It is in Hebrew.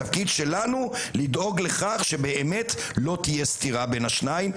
התפקיד שלנו הוא לדאוג לכך שבאמת לא תהיה סתירה בין השניים,